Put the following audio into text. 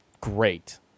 great